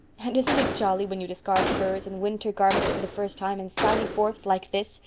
and isn't it jolly when you discard furs and winter garments for the first time and sally forth, like this,